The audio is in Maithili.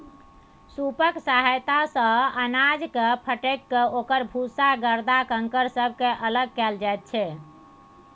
सूपक सहायता सँ अनाजकेँ फटकिकए ओकर भूसा गरदा कंकड़ सबके अलग कएल जाइत छै